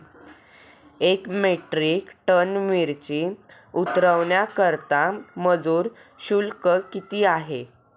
एक metric ton मिरची उतरवण्याकरता मजुर शुल्क किती आहे?